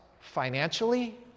financially